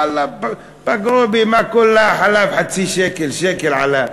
ואללה, פגעו בי, מה, כולה חלב חצי שקל, שקל, עלה.